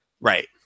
Right